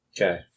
Okay